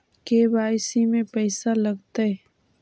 KYC में पैसा लगतै?